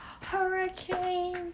Hurricane